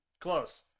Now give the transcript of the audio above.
Close